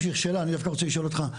שאלה, אני דווקא רוצה לשאול אותך.